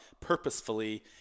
purposefully